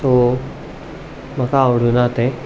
so म्हाका आवडुना तें